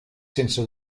sense